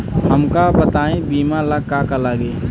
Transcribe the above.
हमका बताई बीमा ला का का लागी?